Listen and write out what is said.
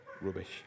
rubbish